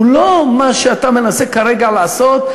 מה שאתה מנסה כרגע לעשות,